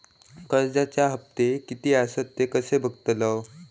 कर्जच्या हप्ते किती आसत ते कसे बगतलव?